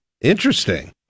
Interesting